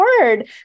word